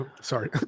sorry